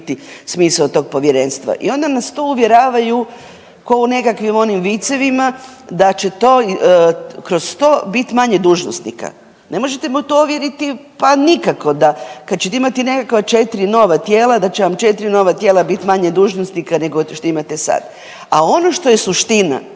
smisao tog povjerenstva i onda nas tu uvjeravaju kao u nekakvim onim vicevima da će to kroz to biti manje dužnosnika. Ne možete me u to uvjeriti pa nikako, da kad ćete imati nekakva 4 nova tijela, da će vam 4 nova tijela biti manje dužnosnika nego što imate sad. A ono što je suština,